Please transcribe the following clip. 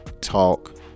talk